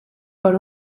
por